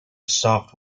soft